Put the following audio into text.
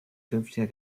künftiger